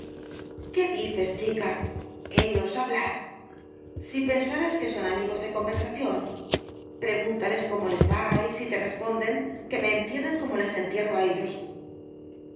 qué dices chica ellos hablar si pensarás que son amigos de conversación pregúntales cómo les va y si te responden que me entierren como les entierro á ellos